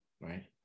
right